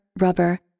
rubber